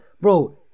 Bro